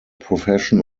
profession